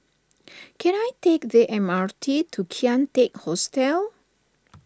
can I take the M R T to Kian Teck Hostel